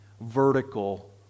vertical